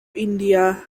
india